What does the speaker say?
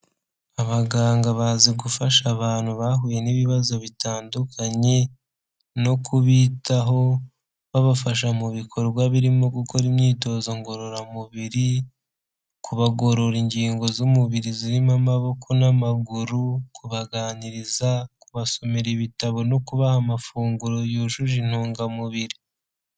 Abaganga bazi gufasha abantu bahuye n'ibibazo bitandukanye no kubitaho babafasha mu bikorwa birimo gukora imyitozo ngororamubiri, kubagorora ingingo z'umubiri zirimo amaboko n'amaguru, kubaganiriza, kubasomera ibitabo ,no kubaha amafunguro yujuje intungamubiri.